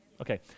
Okay